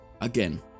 Again